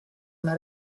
una